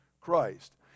Christ